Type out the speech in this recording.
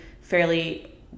fairly